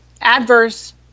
adverse